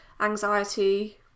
anxiety